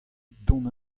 dont